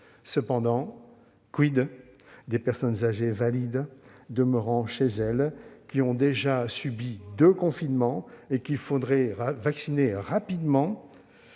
Toutefois, des personnes âgées valides demeurant chez elles, qui ont déjà subi deux confinements, et qu'il faudrait vacciner rapidement